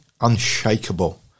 unshakable